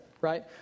right